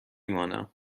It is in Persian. مانم